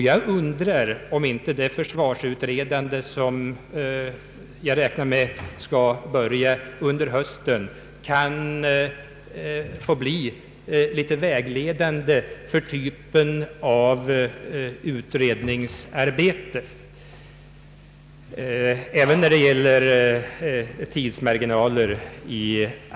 Jag undrar om inte det försvarsutredande som jag räknar med skall börja under hösten kan bli i någon mån vägledande för utredningsarbete i andra sammanhang, även vad beträffar tidsmarginaler.